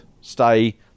stay